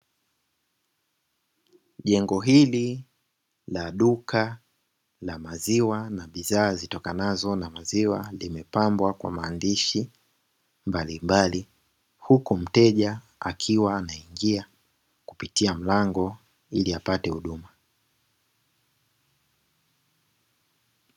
Jengo hili la duka la maziwa na bidhaa zitokanazo na maziwa limepambwa kwa maandishi mbalimbali, huku mteja akiwa anaingia kupitia mlango apate maziwa.